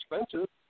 expensive